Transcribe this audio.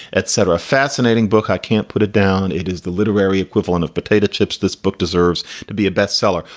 et cetera. fascinating book. i can't put it down. it is the literary equivalent of potato chips. this book deserves to be a bestseller.